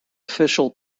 official